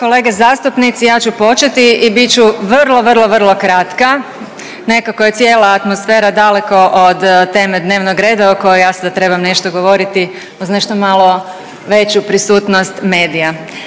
kolege zastupnici ja ću početi i bit vrlo, vrlo, vrlo kratka. Nekako je cijela atmosfera daleko od teme dnevnog reda o kojoj ja sad trebam nešto govoriti uz nešto malo veću prisutnost medija.